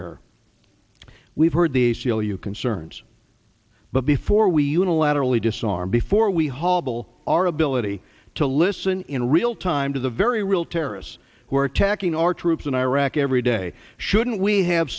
error we've heard the a c l u concerns but before we unilaterally disarm before we hobble our ability to listen in real time to the very real terrorists who are attacking our troops in iraq every day shouldn't we have